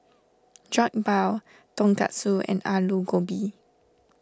Jokbal Tonkatsu and Alu Gobi